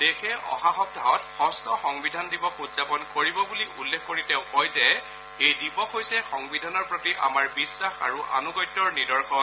দেশে অহা সপ্তাহত যষ্ঠ সংবিধান দিৱস উদযাপন কৰিব বুলি উল্লেখ কৰি তেওঁ কয় যে এই দিৱস হৈছে সংবিধানৰ প্ৰতি আমাৰ বিখাস আৰু আনুগত্যৰ নিদৰ্শন